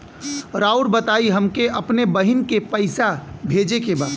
राउर बताई हमके अपने बहिन के पैसा भेजे के बा?